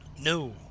No